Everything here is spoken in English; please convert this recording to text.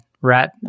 rat